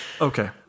Okay